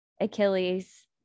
Achilles